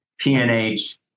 PNH